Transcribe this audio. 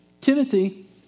Timothy